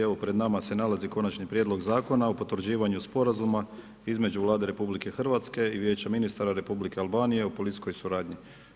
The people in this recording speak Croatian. Evo pred nama se nalazi konačni prijedlog zakona o potvrđivanju sporazuma između Vlade RH i Vijeća ministara Republike Albanije o policijskoj suradnji.